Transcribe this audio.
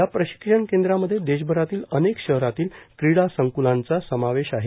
या प्रशिक्षण केंद्रांमध्ये देशभरातील अनेक शहरांतील क्रीडा संक्लांचा समावेश आहे